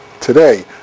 today